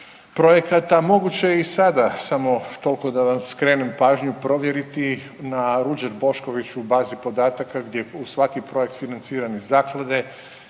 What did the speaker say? projekata moguće je i sada samo toliko da vam skrenem pažnju provjeriti na Ruđer Boškoviću u bazi podataka gdje uz svaki projekt financiran iz zaklade